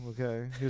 Okay